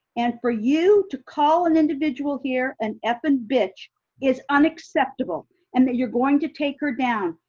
and for you to call an individual here, an f'ing bitch is unacceptable and that you're going to take her down.